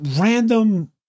random